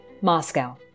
Moscow